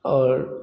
आओर